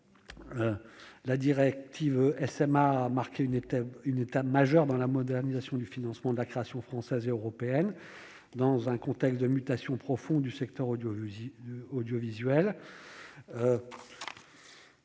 ou directive SMA, a marqué une étape majeure dans la modernisation du financement de la création française et européenne, dans un contexte de mutation profonde du secteur audiovisuel.